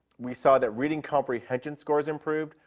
we saw that reading comprehension scores improved,